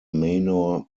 manor